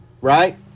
right